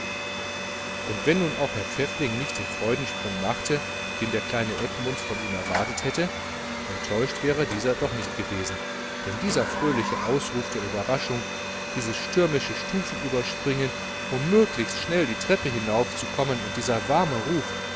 und wenn nun auch herr pfäffling nicht den freudensprung machte den der kleine edmund von ihm erwartet hätte enttäuscht wäre dieser doch nicht gewesen denn dieser fröhliche ausruf der überraschung dieses stürmische stufenüberspringen um möglichst schnell die treppe hinauf zu kommen und dieser warme ruf